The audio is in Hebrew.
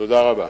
תודה רבה.